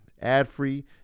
ad-free